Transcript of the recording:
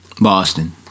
Boston